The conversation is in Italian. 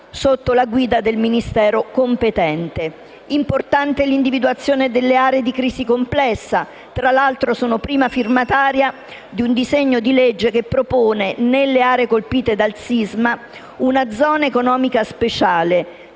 sotto la guida del Ministero competente e l'individuazione delle aree di crisi complessa. Tra l'altro, sono prima firmataria di un disegno di legge che propone nelle aree colpite dal sisma una Zona economica speciale